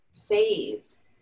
phase